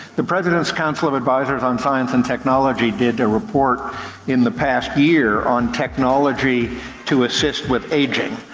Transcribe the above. the president's council of advisors on science and technology did a report in the past year on technology to assist with aging.